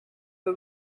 the